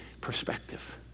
perspective